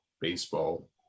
baseball